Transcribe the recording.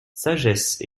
sagesse